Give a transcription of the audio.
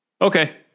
Okay